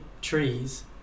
trees